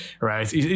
right